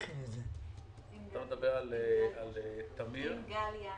מדובר על תמי"ר